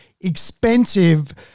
expensive